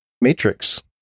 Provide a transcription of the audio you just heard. matrix